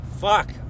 fuck